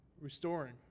restoring